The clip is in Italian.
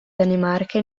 danimarca